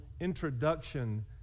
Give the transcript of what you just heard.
introduction